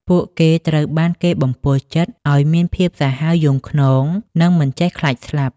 ពួកគេត្រូវបានគេបំពុលចិត្តឱ្យមានភាពសាហាវយង់ឃ្នង និងមិនចេះខ្លាចស្លាប់។